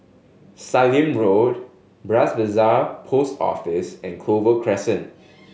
Sallim Road Bras Basah Post Office and Clover Crescent